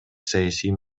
саясий